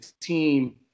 team